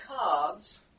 cards